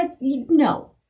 No